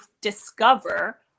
discover